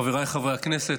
חבריי חברי הכנסת,